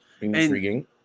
intriguing